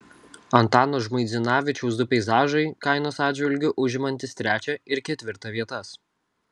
antano žmuidzinavičiaus du peizažai kainos atžvilgiu užimantys trečią ir ketvirtą vietas